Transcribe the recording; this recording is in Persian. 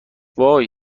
وای